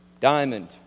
diamond